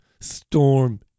Storm